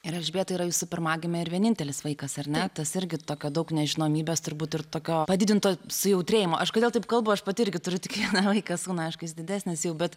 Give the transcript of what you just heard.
ir elžbieta yra jūsų pirmagimė ir vienintelis vaikas ar ne tas irgi tokio daug nežinomybės turbūt ir tokio padidinto sujautrėjimo aš kodėl taip kalbu aš pati irgi turiu tik vaiką sūnų aišku jis didesnis jau bet